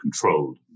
controlled